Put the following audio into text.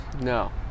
no